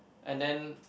and then